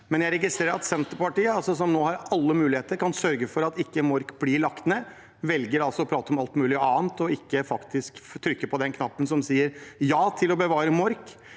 det. Jeg registrerer at Senterpartiet, som nå har alle muligheter til å sørge for at Mork ikke blir lagt ned, velger å prate om alt mulig annet og ikke faktisk trykke på den knappen som sier ja til å bevare Mork